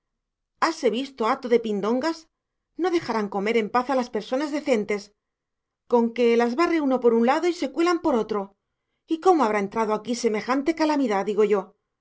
hase visto hato de pindongas no dejarán comer en paz a las personas decentes conque las barre uno por un lado y se cuelan por otro y cómo habrá entrado aquí semejante calamidá digo yo